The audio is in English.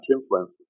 influence